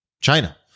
China